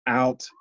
out